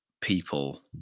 people